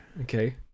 Okay